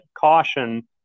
caution